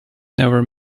never